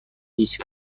هیچ